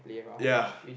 ya